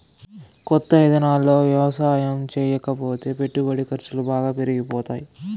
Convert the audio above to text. కొత్త ఇదానాల్లో యవసాయం చేయకపోతే పెట్టుబడి ఖర్సులు బాగా పెరిగిపోతాయ్